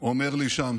אומר לי שם